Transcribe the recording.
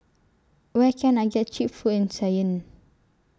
Where Can I get Cheap Food in Cayenne